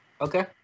Okay